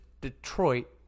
Detroit